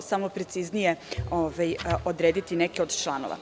samo preciznije odrediti neke od članova.